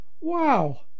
Wow